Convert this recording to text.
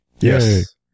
Yes